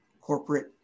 corporate